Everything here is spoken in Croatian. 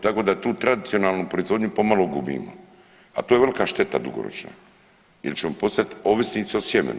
Tako da tu tradicionalnu proizvodnju pomalo gubimo, a to je velika šteta dugoročna jer ćemo postati ovisnici o sjemenu.